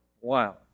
Wow